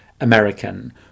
American